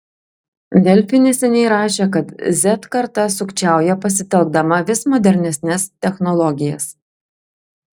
delfi neseniai rašė kad z karta sukčiauja pasitelkdama vis modernesnes technologijas